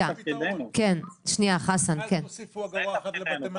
אל תוסיפו אגורה אחת לבתי מלאכה.